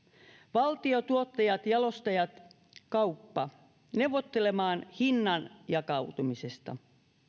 valtio tuottajat jalostajat ja kauppa neuvottelevat hinnan jakautumisesta